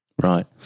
Right